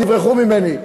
תברחו ממני.